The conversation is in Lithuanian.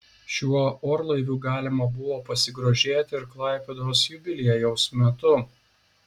šiuo orlaiviu galima buvo pasigrožėti ir klaipėdos jubiliejaus metu